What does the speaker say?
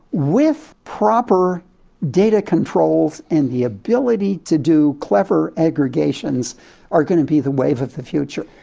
with proper data controls and the ability to do clever aggregations are going to be the wave of the future.